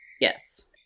Yes